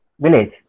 village